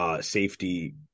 safety